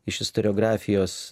iš istoriografijos